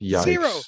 Zero